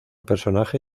personaje